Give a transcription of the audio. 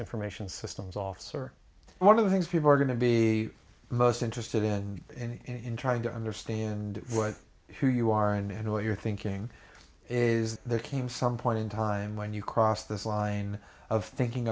information systems officer one of the things people are going to be most interested in in trying to understand what who you are and what you're thinking is there came some point in time when you crossed this line of thinking